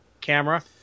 camera